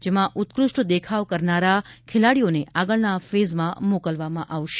જેમાં ઉત્કૃષ્ટ દેખાવ કરનારા ખેલાડીઓને આગળના ફેઝમાં મોકલવામાં આવશે